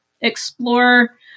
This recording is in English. explore